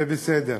זה בסדר.